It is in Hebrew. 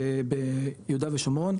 ביהודה ושומרון,